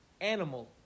animal